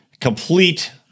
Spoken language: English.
complete